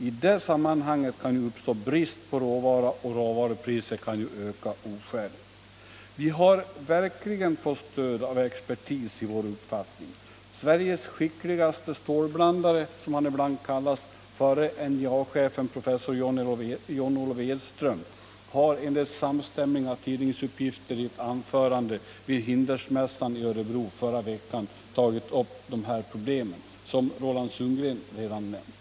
I det sammanhänget kan ju uppstå brist på råvara och råvarupriset kan öka oskäligt. Vi har verkligen fått stöd av expertis i vår uppfattning. Sveriges skickligaste stålblandare, som förre NJA chefen John Olof Edström ibland kallats, har enligt samstämmiga tidningsuppgifter i ett anförande vid Hindersmässan i Örebro förra veckan tagit upp dessa problem, vilket Roland Sundgren redan nämnt.